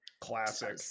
classic